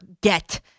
get